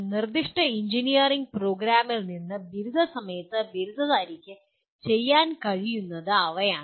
ഒരു നിർദ്ദിഷ്ട എഞ്ചിനീയറിംഗ് പ്രോഗ്രാമിൽ നിന്ന് ബിരുദ സമയത്ത് ബിരുദധാരിയ്ക്ക് ചെയ്യാൻ കഴിയുന്നത് അവയാണ്